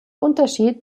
unterschied